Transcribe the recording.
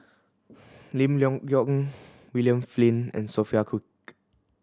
Lim Leong Geok William Flint and Sophia Cooke